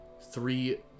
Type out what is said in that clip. three